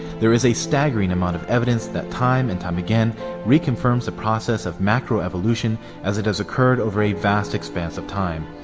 there is a staggering amount of evidence that time and time again reconfirms the process of macro-evolution as it has occurred over a vast expanse of time.